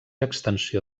extensió